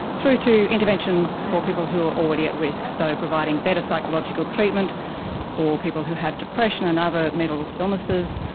through to interventions for people who are already at risk, so providing better psychological treatment for people who have depression and other mental illnesses,